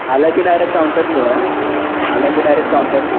आला की डायरेक्ट काउंटरला या आला की डायरेक्ट काउंटरवरती